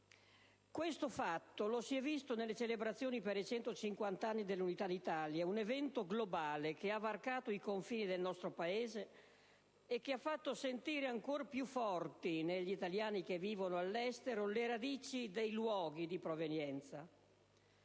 Questo fatto lo si è visto nelle celebrazioni per i 150 anni dell'Unità d'Italia, un evento globale che ha varcato i confini del nostro Paese e che ha fatto sentire ancor più forti negli italiani che vivono all'estero le radici dei luoghi di provenienza,